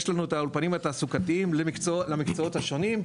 יש לנו את האולפנים התעסוקתיים למקצועות השונים,